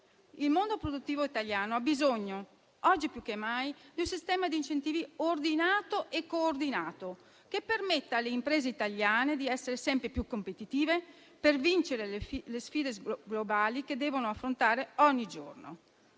Il mondo produttivo italiano ha bisogno, oggi più che mai, di un sistema di incentivi ordinato e coordinato, che permetta alle imprese italiane di essere sempre più competitive per vincere le sfide globali che devono affrontare ogni giorno.